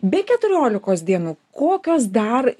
be keturiolikos dienų kokios dar